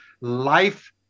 life